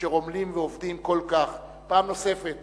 אשר עמלים ועובדים כל כך, פעם נוספת